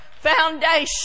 foundation